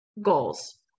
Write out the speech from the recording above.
Goals